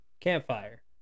Campfire